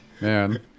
Man